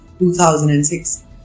2006